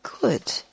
good